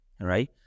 right